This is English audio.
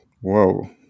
Whoa